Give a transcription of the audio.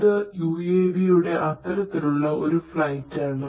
ഇത് UAV യുടെ അത്തരത്തിലുള്ള ഒരു ഫ്ലൈറ്റ് ആണ്